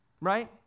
right